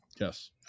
Yes